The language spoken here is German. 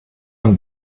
man